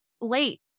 late